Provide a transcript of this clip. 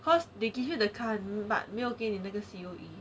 cause they give you the car but 没有给你那个 C_O_E